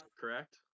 correct